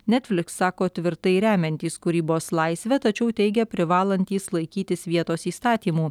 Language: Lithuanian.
netfliks sako tvirtai remiantys kūrybos laisvę tačiau teigia privalantys laikytis vietos įstatymų